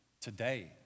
today